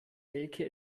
elke